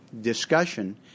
discussion